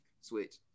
switch